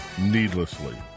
needlessly